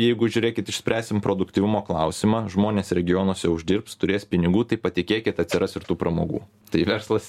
jeigu žiūrėkit išspręsim produktyvumo klausimą žmonės regionuose uždirbs turės pinigų tai patikėkit atsiras ir tų pramogų tai verslas